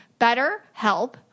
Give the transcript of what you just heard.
BetterHelp